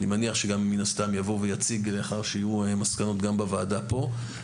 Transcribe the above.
אני מניח שהוא יבוא ויציג לאחר שיהיו מסקנות גם בוועדה פה.